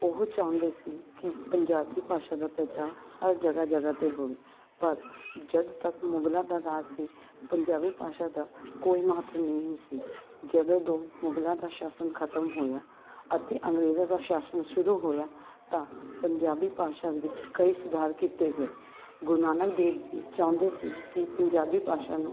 ਉਹ ਚਾਹੁੰਦੇ ਸੀ ਕਿ ਪੰਜਾਬੀ ਭਾਸ਼ਾ ਦਾ ਪ੍ਰਚਾਰ ਹਰ ਜਗ੍ਹਾ ਜਗ੍ਹਾ 'ਤੇ ਹੋਵੇ ਪਰ ਜਦ ਤੱਕ ਮੁਗਲਾਂ ਦਾ ਰਾਜ ਸੀ ਪੰਜਾਬੀ ਭਾਸ਼ਾ ਦਾ ਕੋਈ ਮਹੱਤਵ ਨਹੀਂ ਸੀ ਜਦੋਂ ਦੋ ਮੁਗਲਾਂ ਦਾ ਸ਼ਾਸਨ ਖਤਮ ਹੋਇਆ ਅਤੇ ਅੰਗਰੇਜ਼ਾਂ ਦਾ ਸ਼ਾਸਨ ਸ਼ੁਰੂ ਹੋਇਆ ਤਾਂ ਪੰਜਾਬੀ ਭਾਸ਼ਾ ਵਿੱਚ ਕਈ ਸੁਧਾਰ ਕੀਤੇ ਗਏ ਗੁਰੂ ਨਾਨਕ ਦੇਵ ਜੀ ਚਾਹੁੰਦੇ ਸੀ ਕਿ ਪੰਜਾਬੀ ਭਾਸ਼ਾ ਨੂੰ